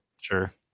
Sure